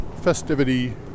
festivity